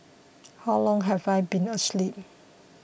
how long have I been asleep